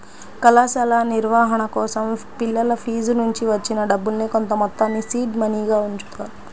కళాశాల నిర్వహణ కోసం పిల్లల ఫీజునుంచి వచ్చిన డబ్బుల్నే కొంతమొత్తాన్ని సీడ్ మనీగా ఉంచుతారు